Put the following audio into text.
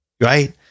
right